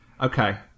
Okay